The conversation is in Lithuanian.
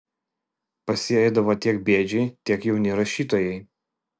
pas jį eidavo tiek bėdžiai tiek jauni rašytojai